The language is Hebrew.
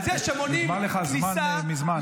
נגמר לך הזמן מזמן.